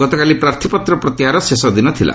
ଗତକାଲି ପ୍ରାର୍ଥୀପତ୍ର ପ୍ରତ୍ୟାହାରର ଶେଷ ଦିନ ଥିଲା